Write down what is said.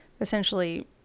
essentially